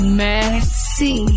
messy